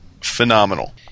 phenomenal